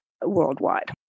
worldwide